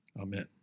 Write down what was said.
Amen